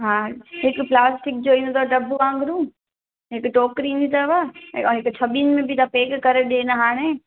हा हिकु प्लास्टिक जो ई हूंदो आहे दॿो वांगुरु हिकु टोकरी ईंदी अथव ऐं हिकु छबीनि में बि था पैक करे ॾियनि हाणे